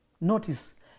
Notice